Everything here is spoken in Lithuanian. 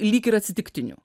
lyg ir atsitiktinių